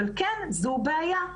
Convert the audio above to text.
אבל כן - זו בעיה,